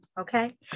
okay